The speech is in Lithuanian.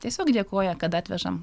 tiesiog dėkoja kad atvežam